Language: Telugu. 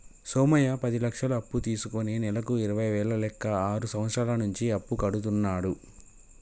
సోమయ్య పది లక్షలు అప్పు తీసుకుని నెలకు ఇరవై వేల లెక్క ఆరు సంవత్సరాల నుంచి అప్పు కడుతున్నాడు